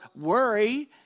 worry